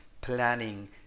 planning